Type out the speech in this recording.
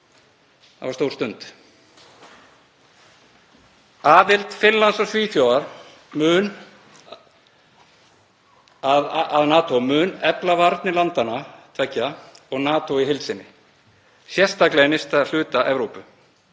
Það var stór stund. Aðild Finnlands og Svíþjóðar að NATO mun efla varnir landanna tveggja og NATO í heild sinni, sérstaklega í nyrsta hluta Evrópu.